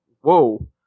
whoa